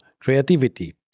creativity